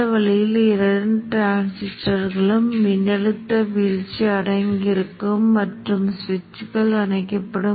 சுவாரஸ்யமாக இது வெளியீட்டு மின்னழுத்தம் Vo என்பதை நாம் பார்க்கிறோம் இது சுவிட்சில் உள்ள மின்னழுத்தம்